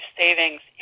savings